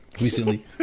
Recently